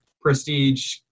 prestige